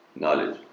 knowledge